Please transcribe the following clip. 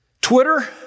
Twitter